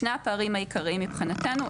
שני הפערים המרכזיים מבחינתנו.